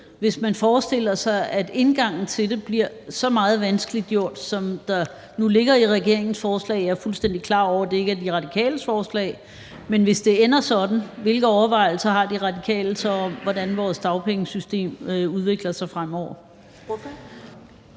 hvis man forestiller sig, at indgangen til det bliver så meget vanskeliggjort, som det nu ligger i regeringens forslag. Jeg er fuldstændig klar over, at det ikke er De Radikales forslag, men hvis det ender sådan, hvilke overvejelser har De Radikale så om, hvordan vores dagpengesystem udvikler sig fremover?